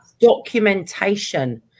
documentation